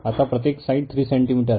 अतः प्रत्येक side 3 centimetre है